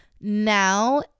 now